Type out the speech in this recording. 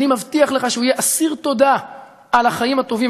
אני מבטיח לך שהוא יהיה אסיר תודה על החיים הטובים.